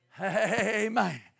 Amen